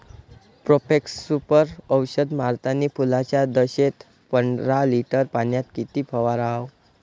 Profex Super औषध मारतानी फुलाच्या दशेत पंदरा लिटर पाण्यात किती फवाराव?